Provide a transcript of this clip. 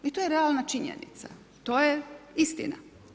I to je realna činjenica, to je istina.